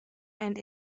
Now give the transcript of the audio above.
and